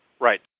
Right